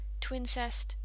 Twincest